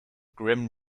grim